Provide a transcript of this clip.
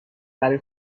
برای